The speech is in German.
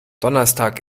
donnerstag